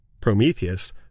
Prometheus